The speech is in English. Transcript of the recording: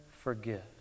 forgive